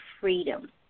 freedom